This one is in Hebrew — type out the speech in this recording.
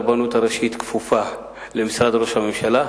הרבנות הראשית כפופה למשרד ראש הממשלה.